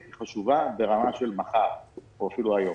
היא חשובה ברמה של מחר או אפילו היום.